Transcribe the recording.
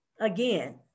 again